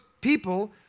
people